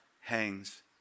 hangs